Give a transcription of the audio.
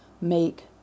make